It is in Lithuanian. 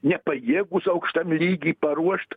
nepajėgūs aukštam lygy paruošt